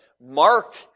Mark